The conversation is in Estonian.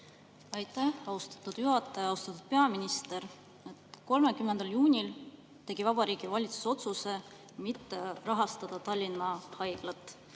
Aitäh, austatud juhataja! Austatud peaminister! 30. juunil tegi Vabariigi Valitsus otsuse mitte rahastada Tallinna Haiglat